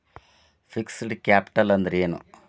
Fixed capital ಅಂದ್ರೇನು?